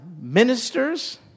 ministers